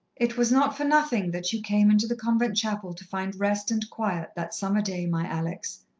it was not for nothing that you came into the convent chapel to find rest and quiet, that summer day, my alex!